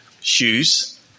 shoes